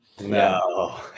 No